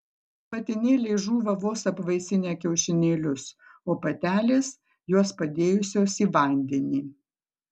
patinėliai žūva vos apvaisinę kiaušinėlius o patelės juos padėjusios į vandenį